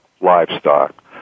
livestock